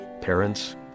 parents